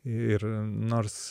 ir nors